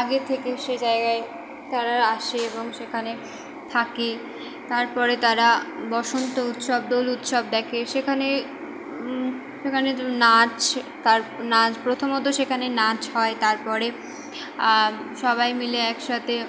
আগে থেকে সে জায়গায় তারা আসে এবং সেখানে থাকে তারপরে তারা বসন্ত উৎসব দোল উৎসব দেখে সেখানে সেখানে যে নাচ তার না প্রথমত সেখানে নাচ হয় তারপরে সবাই মিলে একসাথে